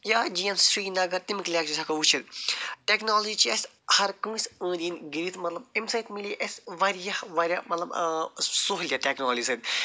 یا G M C Srinagar تَمِکۍ لٮ۪کچٲرٕس ہٮ۪کو وٕچھِتھ ٹٮ۪کنالجی چھِ اَسہِ ہر کٲنسہِ أنٛدۍ أنٛدۍ گیٖرتھ مطلب اَمہِ سۭتۍ مِلی اَسہِ واریاہ واریاہ مطلب سہوٗلیت ٹٮ۪کنالجی سۭتۍ